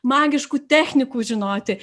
magiškų technikų žinoti